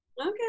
Okay